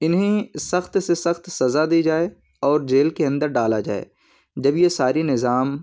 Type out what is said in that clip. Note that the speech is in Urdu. انہیں سخت سے سخت سزا دی جائے اور جیل کے اندر ڈالا جائے جب یہ ساری نظام